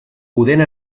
podent